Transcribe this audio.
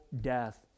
death